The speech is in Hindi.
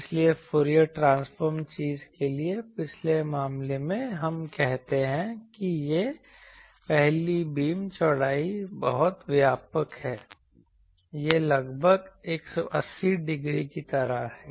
इसलिए फूरियर ट्रांसफॉर्म चीज के लिए पिछले मामले में हम कहते हैं कि यह पहली बीम चौड़ाई बहुत व्यापक है यह लगभग 180 डिग्री की तरह है